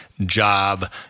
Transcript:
job